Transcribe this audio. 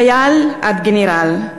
מחייל עד גנרל.